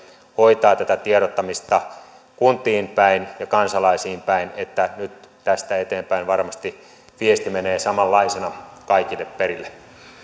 hoitaa tätä tiedottamista kuntiin päin ja kansalaisiin päin että nyt tästä eteenpäin varmasti viesti menee samanlaisena kaikille perille